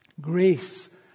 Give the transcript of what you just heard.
Grace